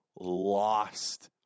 lost